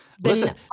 listen